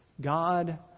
God